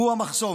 היא המחסום.